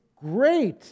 great